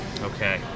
Okay